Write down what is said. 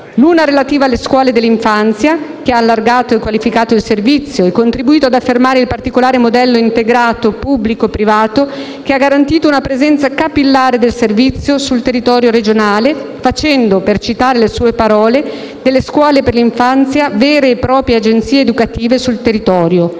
L'una è relativa alle scuole dell'infanzia, che ha allargato e qualificato il servizio e contribuito ad affermare il particolare modello integrato pubblico-privato che ha garantito una presenza capillare del servizio sul territorio regionale facendo, per citare le sue parole, delle scuole per l'infanzia vere e proprie agenzie educative sul territorio;